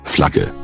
Flagge